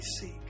seek